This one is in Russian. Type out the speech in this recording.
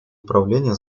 управления